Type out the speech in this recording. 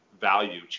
value